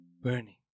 burning